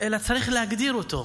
אלא צריך להגדיר אותו,